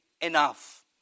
enough